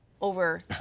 over